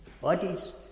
Bodies